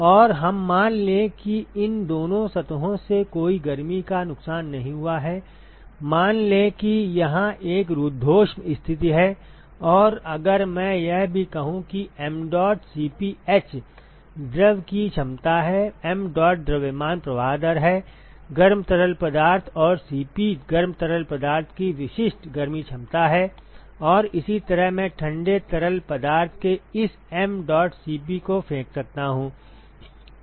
और हम मान लें कि इन दोनों सतहों से कोई गर्मी का नुकसान नहीं हुआ है मान लें कि यह एक रुद्धोष्म स्थिति है और अगर मैं यह भी कहूं कि mdot Cp h द्रव की क्षमता है mdot द्रव्यमान प्रवाह दर है गर्म तरल पदार्थ और Cp गर्म तरल पदार्थ की विशिष्ट गर्मी क्षमता है और इसी तरह मैं ठंडे तरल पदार्थ के इस mdot Cp को फेंक सकता हूं